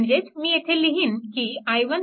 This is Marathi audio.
म्हणजेच मी येथे लिहीन की i1 5